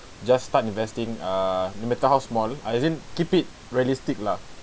just start investing ah no matter how small as in keep it realistic lah